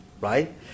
right